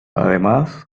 además